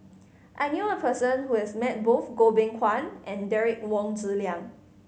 I knew a person who has met both Goh Beng Kwan and Derek Wong Zi Liang